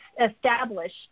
establish